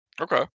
Okay